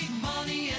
money